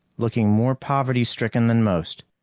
looking more poverty-stricken than most.